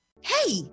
Hey